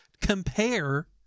Compare